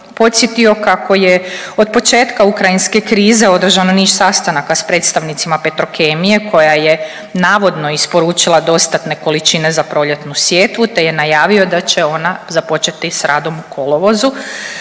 podsjetio kako je od početka ukrajinske krize održano niz sastanaka sa predstavnicima Petrokemije koja je navodno isporučila dostatne količine za proljetnu sjetvu, te je najavio da će ona započeti sa radom u kolovozu